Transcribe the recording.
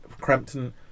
Crampton